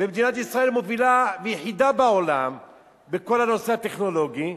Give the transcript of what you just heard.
ומדינת ישראל מובילה יחידה בעולם בכל הנושא הטכנולוגי,